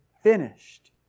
finished